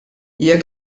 jekk